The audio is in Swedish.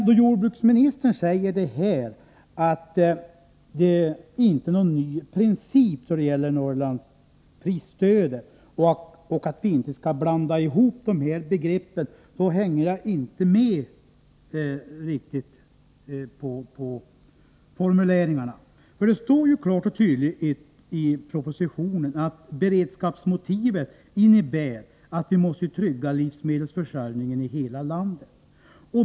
Då jordbruksministern säger att det inte är någon ny princip då det gäller Norrlandsprisstödet och att vi inte skall blanda ihop de här begreppen, hänger jag inte med riktigt i formuleringarna. Det står ju klart och tydligt i propositionen: ”Beredskapsmotivet innebär att Vi måste trygga livsmedelsförsörjningen i hela landet.